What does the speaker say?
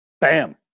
Bam